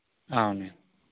ఉన్నాయండి